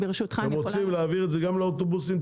אתם רוצים להעביר את זה גם לאוטובוסים?